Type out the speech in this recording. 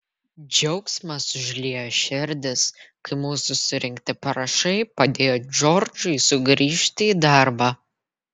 džiaugsmas užliejo širdis kai mūsų surinkti parašai padėjo džordžui sugrįžti į darbą